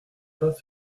pas